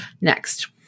Next